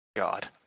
God